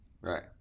Right